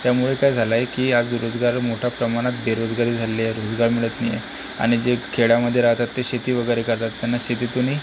त्यामुळे काय झालं आहे की आज रोजगार मोठ्या प्रमाणात बेरोजगारी झालेली आहे रोजगार मिळत नाही आहे आणि जे खेड्यामध्ये राहतात ते शेती वगैरे करतात त्यांना शेतीतूनही